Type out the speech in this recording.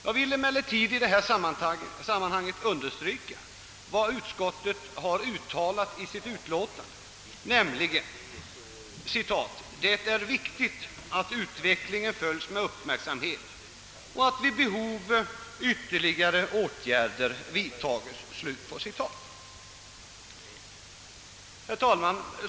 Jag vill emellertid understryka utskottets uttalande att det är »viktigt att utvecklingen följs med uppmärksamhet och att vid behov ytterligare åtgärder vidtas». Herr talman!